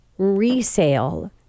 resale